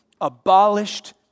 abolished